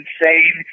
insane